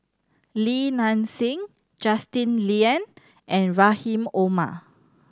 Li Nanxing Justin Lean and Rahim Omar